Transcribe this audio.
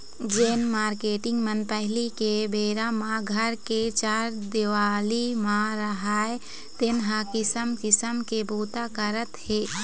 जेन मारकेटिंग मन पहिली के बेरा म घर के चार देवाली म राहय तेन ह किसम किसम के बूता करत हे